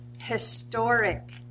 Historic